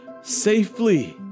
safely